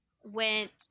went